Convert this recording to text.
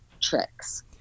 tricks